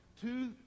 two